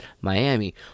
Miami